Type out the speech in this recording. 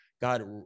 God